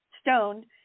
stone